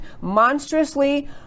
monstrously